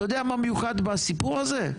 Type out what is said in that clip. אתה יודע מה מיוחד בסיפור הזה?